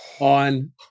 on